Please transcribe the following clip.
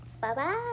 bye-bye